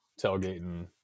tailgating